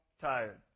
tired